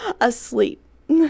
Asleep